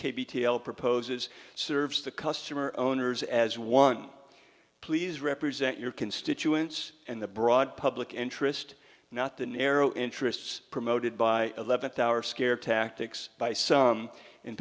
l proposes serves the customer owners as one please represent your constituents in the broad public interest not the narrow interests promoted by eleventh hour scare tactics by some in